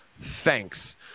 Thanks